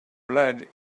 blood